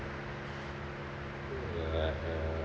(uh）